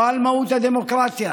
תודה רבה, גברתי.